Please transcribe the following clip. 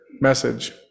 message